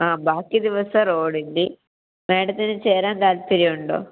ആ ബാക്കി ദിവസം റോഡില് മേഡത്തിന് ചേരാൻ താല്പര്യമുണ്ടോ